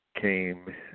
came